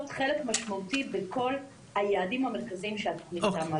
חלק משמעותי בכל היעדים המרכזיים של התוכנית.